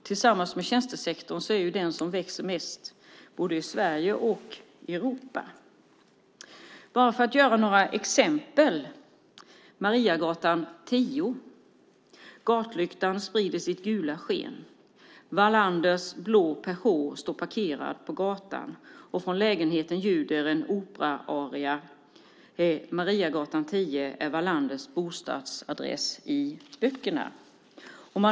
Tillsammans med tjänstesektorn är det den som växer mest i både Sverige och Europa. Låt mig ta ett exempel. Mariagatan 10 - gatlyktan sprider sitt gula sken. Wallanders blå Peugeot står parkerad på gatan, och från lägenheten ljuder en operaaria. Mariagatan 10 är Wallanders bostadsadress i böckerna.